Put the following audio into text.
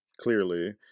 Clearly